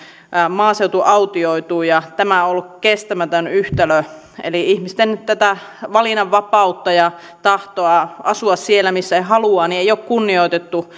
maaseutu autioituu ja tämä on ollut kestämätön yhtälö eli ihmisten valinnanvapautta ja tahtoa asua siellä missä he haluavat ei ole kunnioitettu